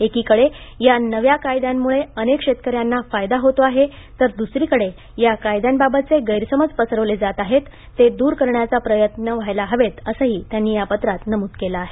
एकीकडे या नव्या कायद्यामुळे अनेक शेतकऱ्यांना फायदा होतो आहे तर दुसरीकडे कायद्यांबाबतचे गैरसमज पसरवले जात आहेत ते दूर करण्याचा प्रयत्न व्हायला हवेत असंही त्यांना या पत्रात नमूद केलं आहे